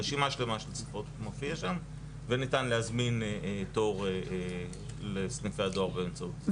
רשימה שלמה של שפות מופיע שם וניתן להזמין תור לסניפי הדואר באמצעי הזה.